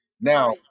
Now